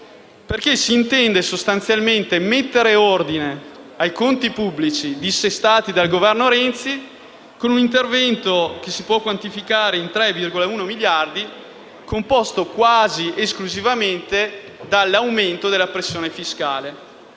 Paese. S'intende sostanzialmente mettere ordine nei conti pubblici dissestati dal Governo Renzi con un intervento che si può quantificare in 3,1 miliardi di euro, composto quasi esclusivamente dall'aumento della pressione fiscale,